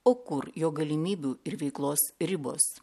o kur jo galimybių ir veiklos ribos